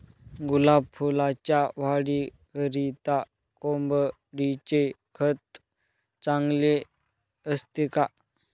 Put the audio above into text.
गुलाब फुलाच्या वाढीकरिता कोंबडीचे खत चांगले असते का?